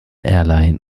airline